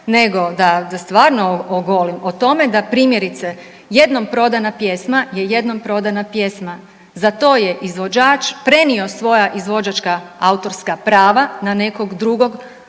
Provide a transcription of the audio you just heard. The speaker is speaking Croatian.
se ne razumije/…o tome da primjerice jednom prodana pjesma je jednom prodana pjesma, za to je izvođač prenio svoja izvođačka autorska prava na nekog drugog